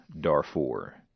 Darfur